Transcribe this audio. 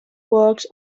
works